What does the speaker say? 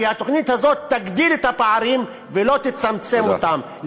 כי התוכנית הזאת תגדיל את הפערים ולא תצמצם אותם,